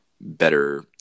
better